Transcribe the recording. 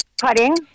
Putting